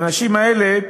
האנשים האלה,